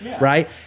right